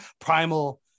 Primal